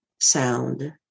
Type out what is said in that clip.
sound